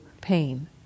pain